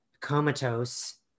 comatose